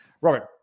Robert